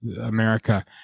America